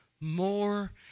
more